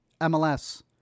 MLS